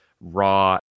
raw